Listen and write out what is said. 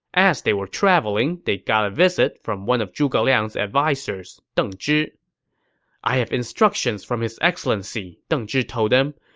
as they were traveling, they got a visit from one of zhuge liang's advisers, deng zhi i have instructions from his excellency, deng zhi told them.